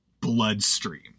Bloodstream